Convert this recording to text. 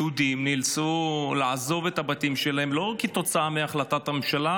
יהודים נאלצו לעזוב את הבתים שלהם לא כתוצאה מהחלטת הממשלה,